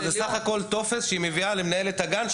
אבל בסך הכול זה טופס שהיא מביאה למנהלת הגן.